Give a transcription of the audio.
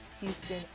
Houston